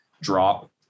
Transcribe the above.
drop